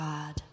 God